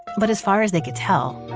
but as far as they could tell,